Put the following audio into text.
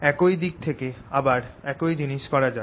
একই দিক থেকে আবার একই জিনিস করা যাক